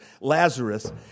Lazarus